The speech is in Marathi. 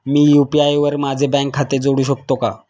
मी यु.पी.आय वर माझे बँक खाते जोडू शकतो का?